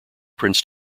prince